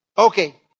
Okay